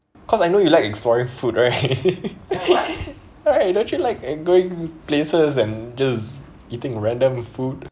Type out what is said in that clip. cause I know you like exploring food right right don't you like like going places and just eating random food